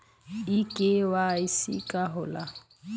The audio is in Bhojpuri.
इ के.वाइ.सी का हो ला?